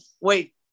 Wait